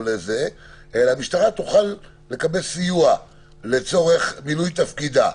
אלא המשטרה תוכל לקבל סיוע לצורך מילוי תפקידה.